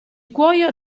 cuoio